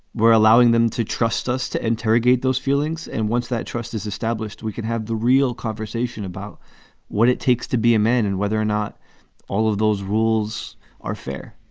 we're allowing them to trust us to interrogate those feelings. and once that trust is established, we can have the real conversation about what it takes to be a man and whether or not all of those rules are fair